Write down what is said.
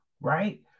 right